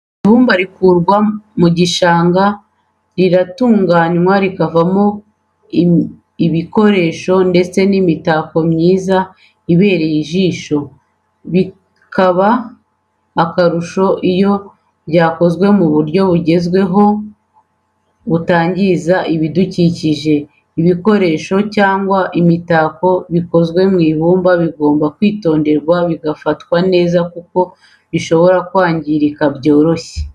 Ibumba rikurwa mu gishanga riratunganywa rikavamo ibikoresho ndetse n'imitako myiza ibereye ijisho bikaba akarusho iyo byakozwe mu buryo bugezweho butangiza ibidukikije. ibikoresho cyangwa se imitako bikozwe mu ibumba bigomba kwitonderwa bigafatwa neza kuko bishobora kwangirika byoroshye.